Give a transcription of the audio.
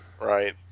Right